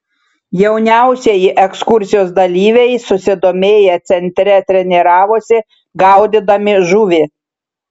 jauniausieji ekskursijos dalyviai susidomėję centre treniravosi gaudydami žuvį